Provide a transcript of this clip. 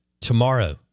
tomorrow